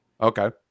Okay